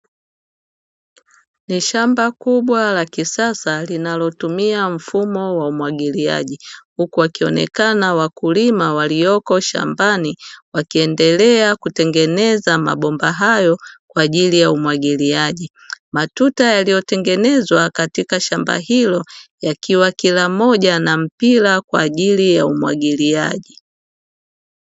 Ni shamba kubwa la kisasa linalotumia mfumo wa umwagiliaji, huku wakionekana wakulima walioko shambani wakiendelea kutengeneza mabomba hayo kwa ajili ya umwagiliaji. Matuta yaliyotengenezwa katika shamba hilo yakiwa kila mmoja na mpira kwa ajili ya umwagiliaji.